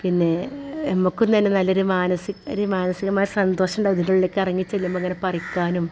പിന്നെ നമുക്കും നല്ലൊരു മാനസിക മാനസികമായ സന്തോഷമുണ്ടാകും അതിൻ്റെ ഉള്ളിലേക്ക് ഇറങ്ങി ചെല്ലുമ്പോൾ പറിക്കാനും